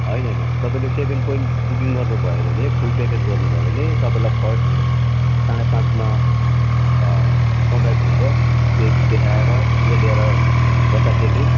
होइन होइन तपाईँले सेभेन पोइन्ट बुकिङ गर्नुभयो भने फुल प्याकेज गर्नुभयो भने तपाईँलाई फर्स्ट साढे पाँचमा सनराइज हुन्छ त्यो देखाएर सिधै ल्याएर बतासे लुप